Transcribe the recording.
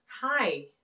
Hi